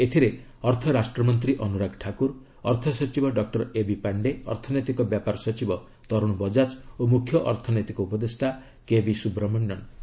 ଏଥିରେ ଅର୍ଥରାଷ୍ଟ୍ରମନ୍ତ୍ରୀ ଅନୁରାଗ ଠାକୁର ଅର୍ଥସଚିବ ଡକ୍ଟର ଏବି ପାଶ୍ଡେ ଅର୍ଥନୈତିକ ବ୍ୟାପାର ସଚିବ ତରୁଣ ବଜାଜ ଓ ମୁଖ୍ୟ ଅର୍ଥନୈତିକ ଉପଦେଷ୍ଟା କେଭି ସୁବ୍ରମଣ୍ୟନ ଯୋଗଦେଇଛନ୍ତି